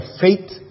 faith